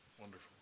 wonderful